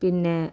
പിന്നേ